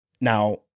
now